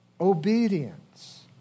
obedience